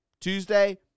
Tuesday